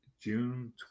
June